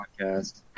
podcast